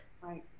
Right